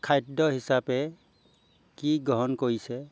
খাদ্য হিচাপে কি গ্ৰহণ কৰিছে